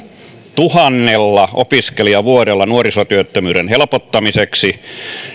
tuhannella opiskelijavuodella nuorisotyöttömyyden helpottamiseksi